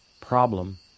problem